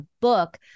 book